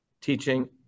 teaching